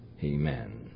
Amen